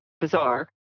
bizarre